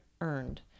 earned